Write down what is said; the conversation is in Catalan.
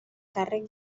càrrec